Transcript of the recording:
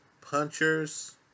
punchers